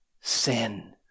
sin